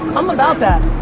i'm about that,